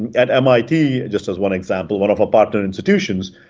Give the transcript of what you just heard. and at mit, just as one example, one of our partner institutions,